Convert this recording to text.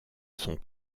sont